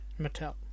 Mattel